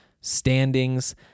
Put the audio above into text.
standings